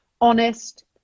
honest